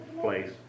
place